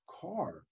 car